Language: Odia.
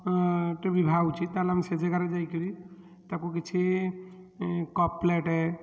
ଟି ବିବାହ ହେଉଛି ତାହାହେଲେ ଆମେ ସେ ଜାଗାରେ ଯାଇକି ତାକୁ କିଛି କପ୍ ପ୍ଲେଟ୍